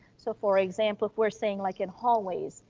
so for example, if we're saying like in hallways,